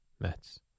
Mets